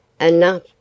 Enough